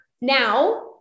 now